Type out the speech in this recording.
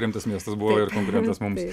rimtas miestas buvo ir konkurentas mums